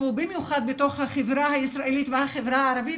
במיוחד בתוך החברה הישראלית והחברה הערבית,